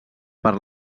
per